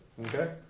Okay